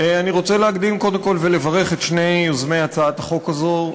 אני רוצה קודם כול לברך את שני יוזמי הצעת החוק הזו,